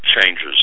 changes